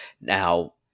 Now